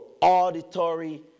auditory